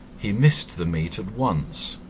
he missed the meat at once,